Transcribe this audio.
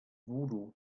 voodoo